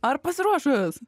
ar pasiruošus